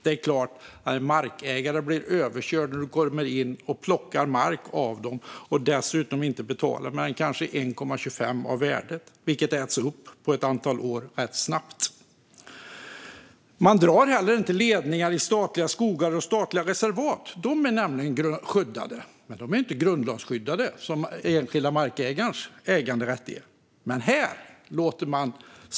Det är klart att markägare blir överkörda när du kommer in och plockar mark av dem och dessutom inte betalar mer än kanske 1,25 av värdet, vilket äts upp rätt snabbt, på ett antal år. Man drar heller inte ledningar i statliga skogar och statliga reservat. De är nämligen skyddade. Men de är inte grundlagsskyddade, som enskilda markägares äganderätt är.